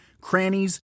crannies